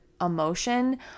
emotion